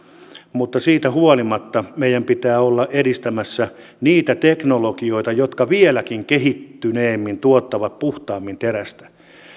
mutta siitä huolimatta meidän pitää olla edistämässä niitä teknologioita jotka vieläkin kehittyneemmin tuottavat puhtaammin terästä